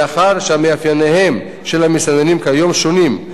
מאחר שמאפייניהם של המסתננים כיום שונים,